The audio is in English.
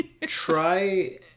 Try